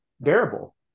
bearable